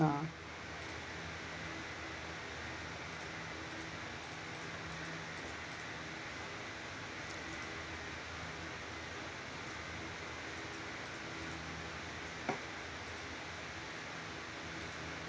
ah